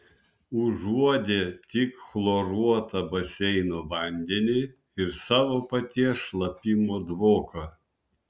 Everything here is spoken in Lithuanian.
užuodė tik chloruotą baseino vandenį ir savo paties šlapimo dvoką